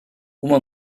uma